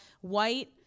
white